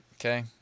Okay